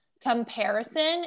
comparison